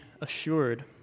assured